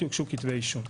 יוגשו כתבי אישום.